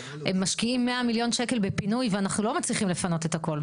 משקיעים 100 מיליון שקלים בפינוי ואנחנו לא מצליחים לפנות את הכול.